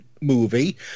movie